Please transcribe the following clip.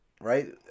Right